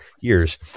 years